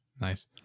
nice